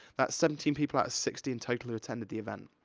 that's seventeen people out of sixty in total who attended the event.